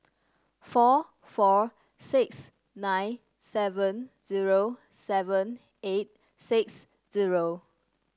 four four six nine seven zero seven eight six zero